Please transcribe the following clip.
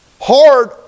Hard